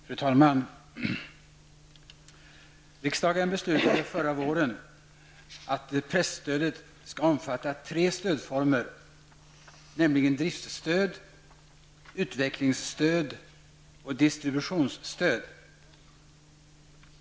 Fru talman! Riksdagen beslutade förra våren att presstödet skall omfatta tre stödformer, nämligen driftstöd, utvecklingsstöd och distributionsstöd.